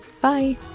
Bye